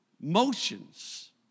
motions